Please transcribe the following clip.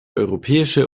europäische